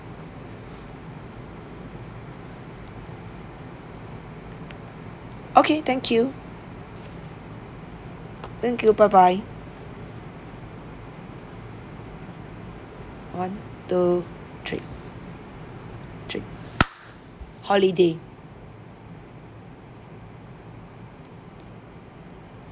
okay thank you thank you bye bye one two three three holiday